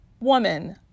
woman